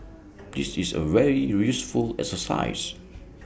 this is A very useful exercise